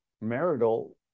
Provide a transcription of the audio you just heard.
marital